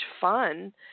fun